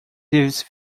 this